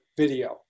video